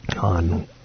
on